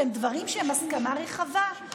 שהם דברים שהם הסכמה רחבה,